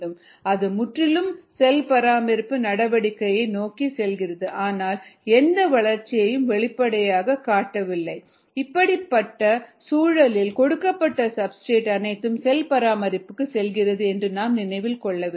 அது முற்றிலும் செல் பராமரிப்பு நடவடிக்கைகளை நோக்கி செல்கிறது ஆனால் எந்த வளர்ச்சியும் வெளிப்படையாகத் காட்டவில்லை இப்படிப்பட்ட சூழலில் கொடுக்கப்பட்ட சப்ஸ்டிரேட் அனைத்தும் செல் பராமரிப்புக்கு செல்கிறது என்று நாம் நினைவில் கொள்ள வேண்டும்